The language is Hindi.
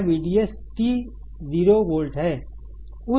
यह VDS t 0 वोल्ट है